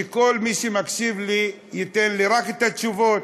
שכל מי שמקשיב לי ייתן לי רק את התשובות.